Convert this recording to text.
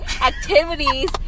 activities